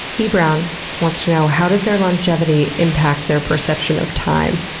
e. brown wants to know how does their longevity impact their perception of time?